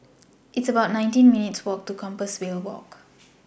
It's about nineteen minutes' Walk to Compassvale Walk